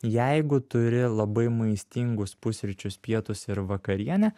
jeigu turi labai maistingus pusryčius pietus ir vakarienę